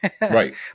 Right